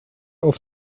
auf